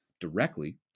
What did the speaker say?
directly